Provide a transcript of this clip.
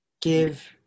give